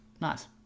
Nice